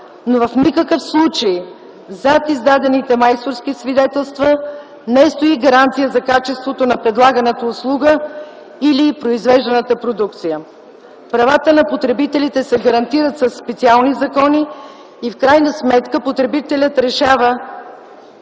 В никакъв случай зад издадените майсторски свидетелства не стои гаранция за качеството на предлаганата услуга или произвеждана продукция. Правата на потребителите се гарантират със специални закони. В крайна сметка, потребителят решава